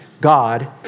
God